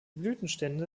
blütenstände